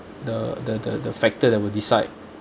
the the the the factor that will decide